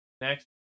Next